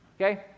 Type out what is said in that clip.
Okay